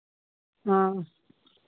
हाँ